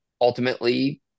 ultimately